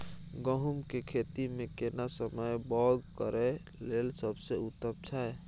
गहूम के खेती मे केना समय बौग करय लेल सबसे उत्तम छै?